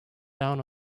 down